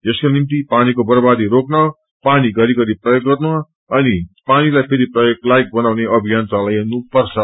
यसको निम्ति पानीको वर्वादी रोकन पानी घरिघरि प्रयोग गर्नु अनि पानीलाई फेरि प्रयाग लायक बनाउने अभियान चलाइनुपर्छ